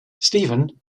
stephen